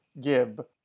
gib